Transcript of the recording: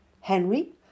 Henry